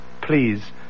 please